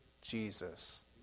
Jesus